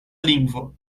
lingvo